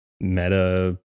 meta